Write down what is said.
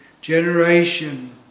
generation